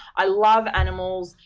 i love animals.